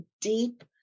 deep